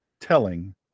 telling